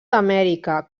amèrica